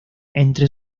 entre